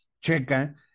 checa